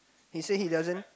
he say he doesn't